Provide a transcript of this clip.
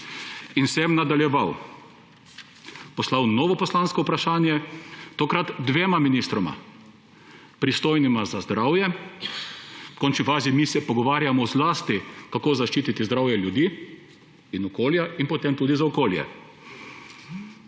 in sem nadaljeval. Poslal sem novo poslansko vprašanje, tokrat dvema ministroma, pristojnima za zdravje – v končni fazi mi se pogovarjamo zlasti, kako zaščiti zdravje ljudi in okolja – in potem tudi za okolje.